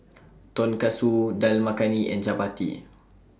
Tonkatsu Dal Makhani and Chapati